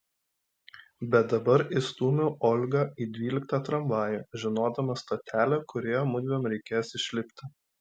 bet dabar įstūmiau olgą į dvyliktą tramvajų žinodama stotelę kurioje mudviem reikės išlipti